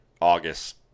August